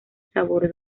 sabor